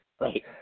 Right